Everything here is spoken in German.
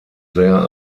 sehr